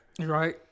right